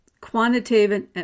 quantitative